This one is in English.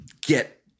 get